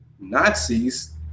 Nazis